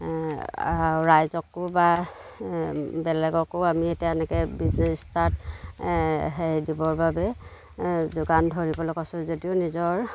আৰু ৰাইজকো বা বেলেগকো আমি তেনেকৈ বিজনেছ ষ্টাৰ্ট হেৰি দিবৰ বাবে যোগান ধৰিবলৈ কৈছোঁ যদিও নিজৰ